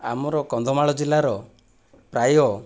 ଆମର କନ୍ଧମାଳ ଜିଲ୍ଲାର ପ୍ରାୟ